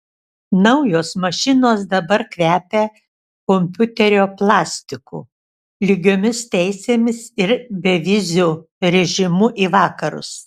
naujos mašinos dabar kvepia kompiuterio plastiku lygiomis teisėmis ir beviziu režimu į vakarus